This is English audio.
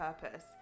purpose